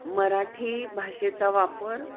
मराठी भाषेचा वापर